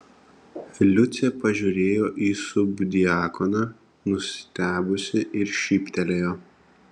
liucė pažiūrėjo į subdiakoną nustebusi ir šyptelėjo